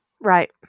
Right